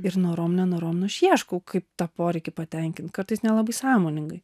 ir norom nenorom nu aš ieškau kaip tą poreikį patenkinti kartais nelabai sąmoningai